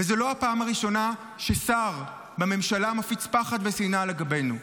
וזו לא הפעם הראשונה ששר בממשלה מפיץ פחד ושנאה לגבינו.